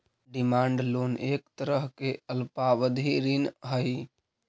demand loan एक तरह के अल्पावधि ऋण हइ